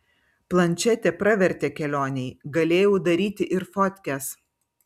plančetė pravertė kelionėj galėjau daryti ir fotkes